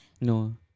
No